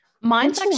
mine's